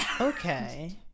okay